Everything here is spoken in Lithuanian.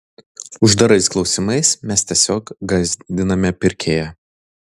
uždarais klausimais mes tiesiog gąsdiname pirkėją